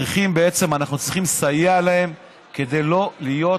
אנחנו צריכים, בעצם, לסייע להם, כדי שלא יהיו